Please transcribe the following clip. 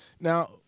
Now